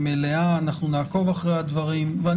בוא